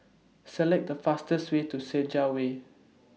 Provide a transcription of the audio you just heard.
Select The fastest Way to Senja Way